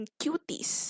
cuties